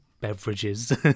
beverages